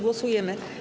Głosujemy.